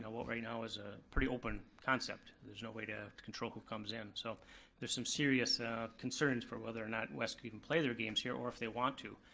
ah right now is a pretty open concept. there's no way to control who comes in. so there's some serious ah concerns for whether or not west can even play their games here or if they want to.